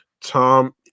Tom